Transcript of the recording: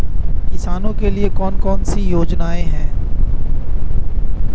किसानों के लिए कौन कौन सी योजनाएं हैं?